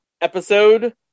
Episode